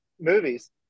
movies